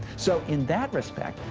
so in that respect,